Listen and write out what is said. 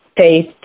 Faith